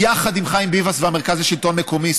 יחד עם חיים ביבס והמרכז לשלטון מקומי,